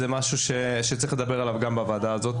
זה משהו שצריך לדבר עליו גם בוועדה הזאת